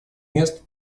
мест